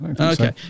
okay